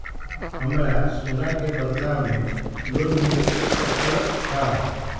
हमरा सोना के बदला में लोन मिल सकलक ह?